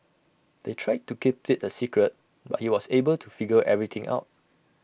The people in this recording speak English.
they tried to keep IT A secret but he was able to figure everything out